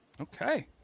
Okay